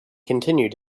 continued